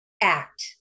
act